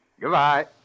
Goodbye